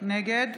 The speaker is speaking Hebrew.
נגד